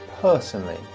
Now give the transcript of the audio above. personally